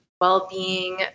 well-being